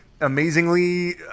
amazingly